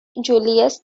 julius